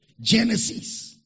Genesis